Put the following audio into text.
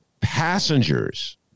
passengers